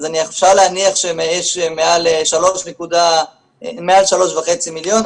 אז אפשר להניח שיש מעל 3.5 מיליון,